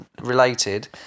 related